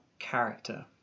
character